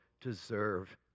deserve